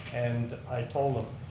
and i told them,